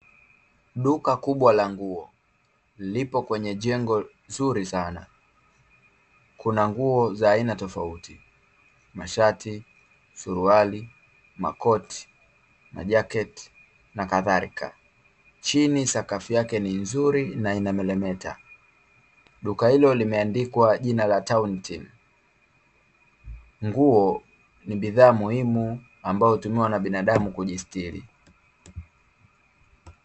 Duka kubwa la nguo lipo kwenye jengo zuri sana. Kuna nguo za aina tofauti: mashati, suruali, makoti, majaketi, nakadhalika. Chini, sakafu yake ni nzuri na inamelemeta. Duka hilo limeandikwa jina la Town Team. Nguo ni bidhaa muhimu ambayo hutumiwa na binadamu kujistili.